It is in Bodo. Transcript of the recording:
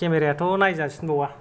केमेरा याथ' नायजासिनबावा